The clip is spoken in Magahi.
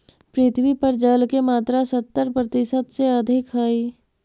पृथ्वी पर जल के मात्रा सत्तर प्रतिशत से अधिक हई